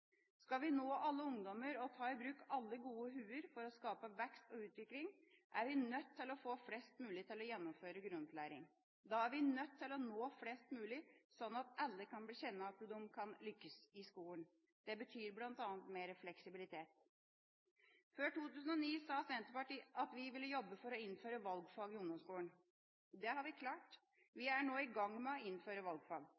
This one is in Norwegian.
Skal vi nå alle ungdommer og ta i bruk alle gode hoder for å skape vekst og utvikling, er vi nødt til å få flest mulig til å gjennomføre grunnopplæring. Da er vi nødt til å nå flest mulig, sånn at alle kan kjenne at de kan lykkes i skolen. Det betyr bl.a. mer fleksibilitet. Før 2009 sa Senterpartiet at vi ville jobbe for å innføre valgfag i ungdomsskolen. Det har vi klart,